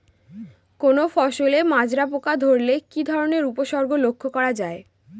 কোনো ফসলে মাজরা পোকা ধরলে কি ধরণের উপসর্গ লক্ষ্য করা যায়?